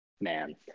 Man